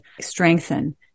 strengthen